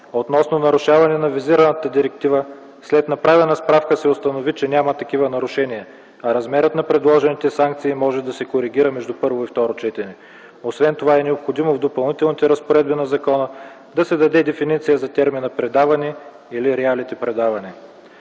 Относно нарушаване на визираната Директива след направената справка се установи, че няма такива нарушения, а размерът на предложените санкции може да се коригира между първо и второ четене. Освен това е необходимо в Допълнителните разпоредби на закона да се даде дефиниция за термина „предаване” или „реалити-предаване”.